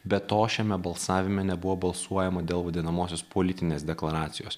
be to šiame balsavime nebuvo balsuojama dėl vadinamosios politinės deklaracijos